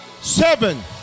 Seven